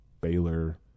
Baylor